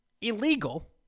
illegal